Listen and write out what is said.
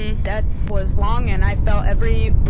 and that was long and i felt every